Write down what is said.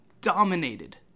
dominated